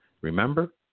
remember